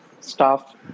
staff